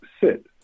sit